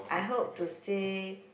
I hope to stay